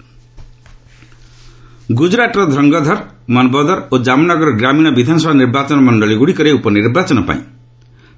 EC by poll ଗୁଜରାଟର ଧ୍ରଙ୍ଗଧର ମନବଦର ଓ କାମନଗର ଗ୍ରାମିଣ ବିଧାନସଭା ନିର୍ବାଚନ ମଣ୍ଡଳୀଗୁଡ଼ିକରେ ଉପନିର୍ବାଚନ ପାଇଁ